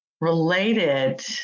Related